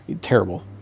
terrible